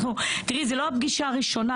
תראי, זה לא הפגישה הראשונה.